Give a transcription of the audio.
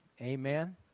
Amen